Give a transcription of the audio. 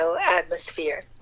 atmosphere